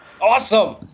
Awesome